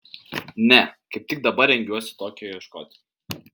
ne kaip tik dabar rengiuosi tokio ieškoti